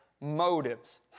motives